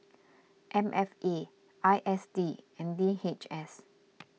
M F A I S D and D H S